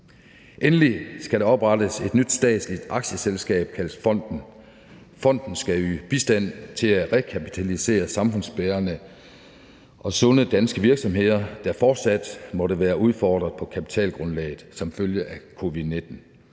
Endelig skal der oprettes et nyt statsligt aktieselskab, kaldet Fonden. Fonden skal yde bistand til at rekapitalisere samfundsbærende og sunde danske virksomheder, der fortsat måtte være udfordret på kapitalgrundlaget som følge af covid-19.